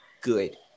good